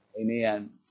Amen